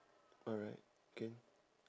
alright can